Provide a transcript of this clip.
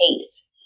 case